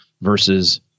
versus